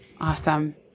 Awesome